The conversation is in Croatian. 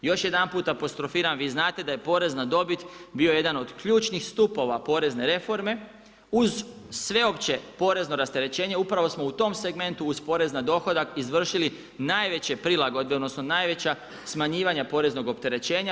Još jedanput apostrofiram, vi znate, da je porez na dobit bio jedan od ključnih stupova porezne reforme, uz sveopće porezno rasterećenje, upravno smo u tom segmentu uz porez na dohodak, izvršili najveće prilagodbe, odnosno, najveća smanjivanja poreznog opterećenja.